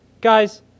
Guys